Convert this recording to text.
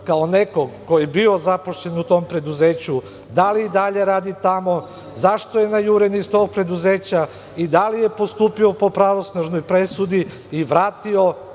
kao nekoga ko je bio zaposlen u tom preduzeću - da li i dalje radi tamo? Zašto je najuren iz tog preduzeća? Da li postupio po pravosnažnoj presudi i vratio